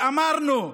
ואמרנו: